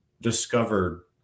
discovered